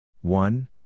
one